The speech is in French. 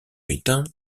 éteint